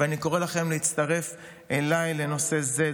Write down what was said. ואני קורא לכם להצטרף אליי לנושא זה.